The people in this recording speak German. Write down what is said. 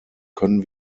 können